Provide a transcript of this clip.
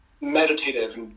meditative